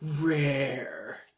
Rare